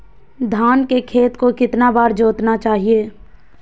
धान के खेत को कितना बार जोतना चाहिए?